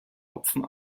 hopfen